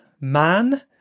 man